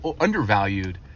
undervalued